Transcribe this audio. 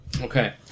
Okay